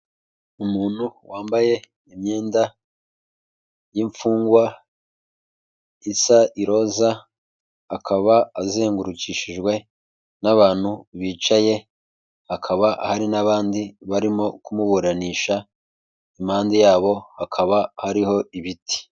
Umuntu wambaye imyenda y'imfungwa isa iroza, akaba azengurukishijwe n'abantu bicaye hakaba hari n'abandi barimo kumuburanisha impande yabo hakaba hariho ibiti.